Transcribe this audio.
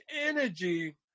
energy